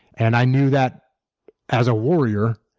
and i knew that as a warrior,